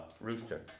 rooster